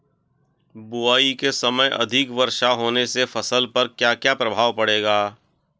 बुआई के समय अधिक वर्षा होने से फसल पर क्या क्या प्रभाव पड़ेगा?